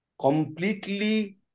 completely